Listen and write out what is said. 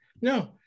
No